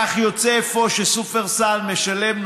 כך יוצא אפוא ששופרסל משלמת,